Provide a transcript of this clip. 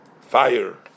fire